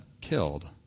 killed